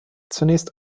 zunächst